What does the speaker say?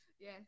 Yes